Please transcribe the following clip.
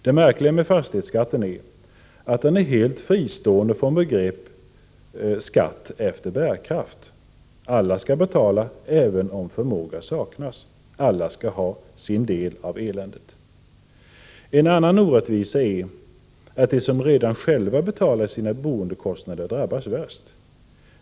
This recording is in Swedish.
Det märkliga med fastighetsskatten är att den är helt fristående från begreppet skatt efter bärkraft. Alla skall betala, även om förmåga saknas. Alla skall ha sin del av eländet. En annan orättvisa är att de som redan själva betalar sina boendekostnader drabbas värst.